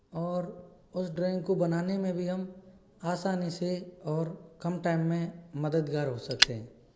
और उस ड्रॉइंग को बनाने में भी हम आसानी से और कम टाइम में मददगार हो सकते हैं